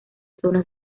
zonas